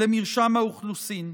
למרשם האוכלוסין.